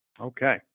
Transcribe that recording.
Okay